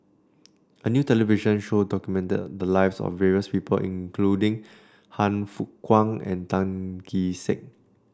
a new television show documented the lives of various people including Han Fook Kwang and Tan Kee Sek